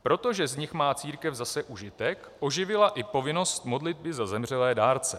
Protože z nich má církev zase užitek, oživila i povinnost modlitby za zemřelé dárce.